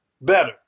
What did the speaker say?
better